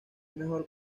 mejor